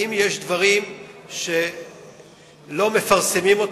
ואם יש דברים שלא מפרסמים,